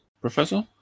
Professor